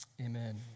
amen